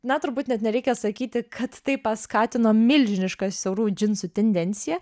na turbūt net nereikia sakyti kad tai paskatino milžinišką siaurųjų džinsų tendenciją